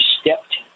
stepped